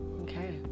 Okay